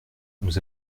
nous